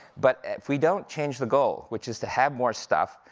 but if we don't change the goal, which is to have more stuff,